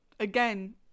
again